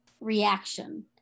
reaction